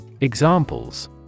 Examples